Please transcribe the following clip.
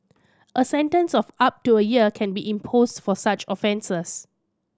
a sentence of up to a year can be imposed for such offences